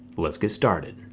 lets get started.